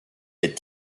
les